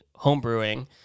homebrewing